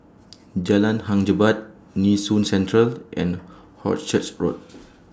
Jalan Hang Jebat Nee Soon Central and Hornchurch Road